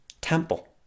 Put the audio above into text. temple